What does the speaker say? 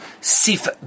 Sif